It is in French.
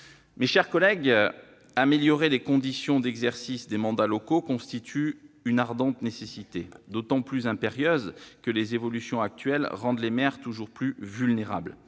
Mes chers collègues, améliorer les conditions d'exercice des mandats locaux constitue une ardente nécessité, d'autant plus impérieuse que les évolutions actuelles rendent les maires toujours plus vulnérables.